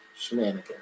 Shenanigans